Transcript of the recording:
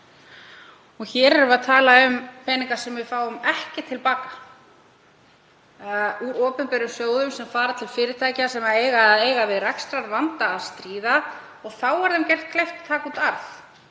Hér erum við að tala um peninga sem við fáum ekki til baka úr opinberum sjóðum sem fara til fyrirtækja sem eiga væntanlega við rekstrarvanda að stríða og þeim er leyft að taka út arð